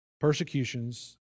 persecutions